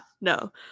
no